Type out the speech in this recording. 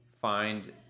find